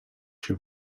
się